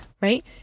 right